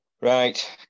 right